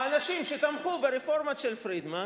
האנשים שתמכו ברפורמה של פרידמן,